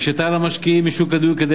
הקשתה על המשקיעים בשוק הדיור כדי